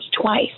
twice